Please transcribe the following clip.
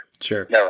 Sure